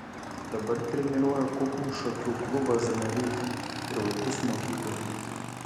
dabar treniruoja kuklų šakių klubą zanavyką ir vaikus mokykloje